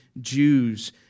Jews